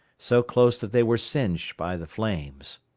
so close that they were singed by the flames.